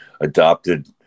adopted